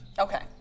Okay